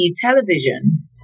television